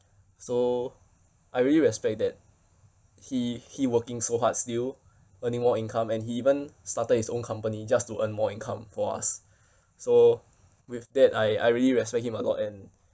so I really respect that he he working so hard still earning more income and he even started his own company just to earn more income for us so with that I I really respect him a lot and